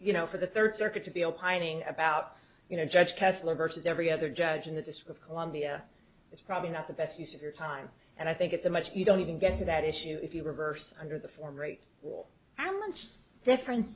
you know for the third circuit to be opining about you know judge kessler versus every other judge in the disk of columbia it's probably not the best use of your time and i think it's a much you don't even get to that issue if you reverse under the former wall how much difference